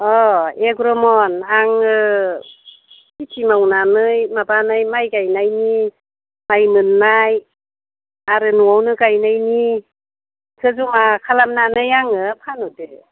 अह एग्रमन आङो खिथि मावनानै माबानाय माइ गायनायनि माइ मोन्नाय आरो न'आवनो गायनायनिखौ जमा खालामनानै आङो फानहरदो